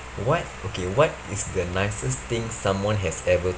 what okay what is the nicest thing someone has ever